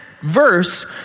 verse